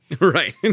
Right